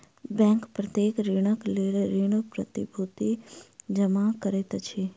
bank प्रत्येक ऋणक लेल ऋण प्रतिभूति जमा करैत अछि